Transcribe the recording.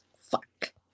fuck